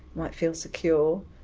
might feel secure.